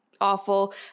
awful